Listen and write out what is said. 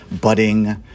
budding